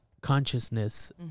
consciousness